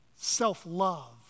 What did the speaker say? Self-love